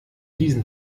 diesen